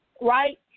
right